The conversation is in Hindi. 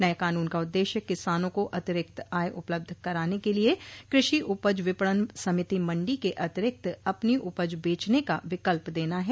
नए कानून का उद्देश्य किसानों को अतिरिक्त आय उपलब्ध कराने के लिए कृषि उपज विपणन समिति मण्डी के अतिरिक्त अपनी उपज बेचने का विकल्प देना है